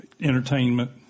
entertainment